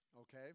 Okay